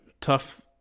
tough